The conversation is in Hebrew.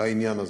לעניין הזה.